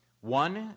One